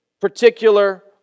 particular